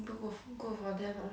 good~ good for them lor